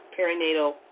perinatal